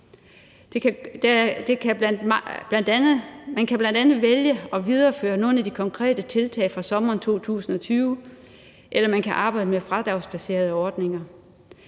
Man kan bl.a. vælge at videreføre nogle af de konkrete tiltag fra sommeren 2020, eller man kan arbejde med fradragsbaserede ordninger.